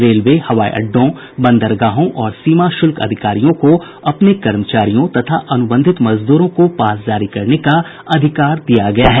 railway हवाई अड्डों बंदरगाहों और सीमा शुल्क अधिकारियों को अपने कर्मचारियों तथा अनुबंधित मजदूरों को पास जारी करने का अधिकार दिया गया है